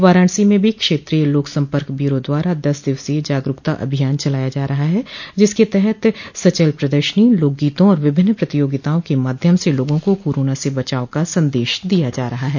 वाराणसी में भी क्षेत्रीय लोक सम्पर्क ब्यूरो द्वारा दस दिवसीय जागरूकता अभियान चलाया जा रहा है जिसके तहत सचल प्रदर्शनी लोकगीतों और विभिन्न प्रतियोगिताओं के माध्यम से लोगों को कोरोना से बचाव का संदेश दिया जा रहा है